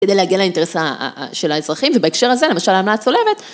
כדי להגן על האינטרס של האזרחים ובהקשר הזה, למשל, המנה הצולבת.